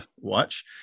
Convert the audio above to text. watch